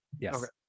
Yes